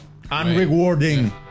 unrewarding